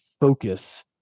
focus